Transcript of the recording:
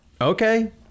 okay